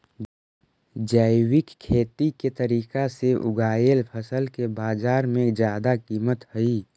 जैविक खेती के तरीका से उगाएल फसल के बाजार में जादा कीमत हई